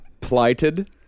plighted